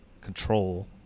control